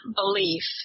belief